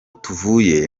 tuvuye